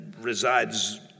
resides